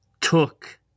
took